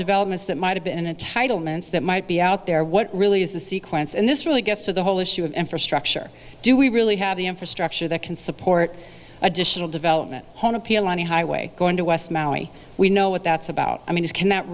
developments that might have been a title moments that might be out there what really is the sequence and this really gets to the whole issue of infrastructure do we really have the infrastructure that can support additional development one appeal on a highway going to west maui we know what that's about i mean is can